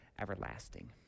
everlasting